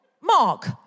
Mark